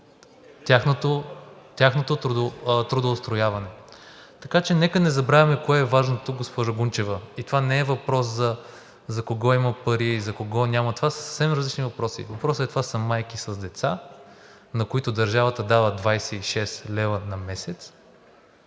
тяхното трудово устрояване. Така че нека да не забравяме кое е важното, госпожо Гунчева, и това не е въпрос за кого има пари и за кого няма. Това са съвсем различни въпроси. Въпросът е, че това са майки с деца, на които държавата дава 26 лв. на месец,